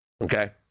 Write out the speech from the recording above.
Okay